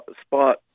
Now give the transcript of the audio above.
spot